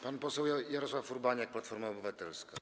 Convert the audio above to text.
Pan poseł Jarosław Urbaniak, Platforma Obywatelska.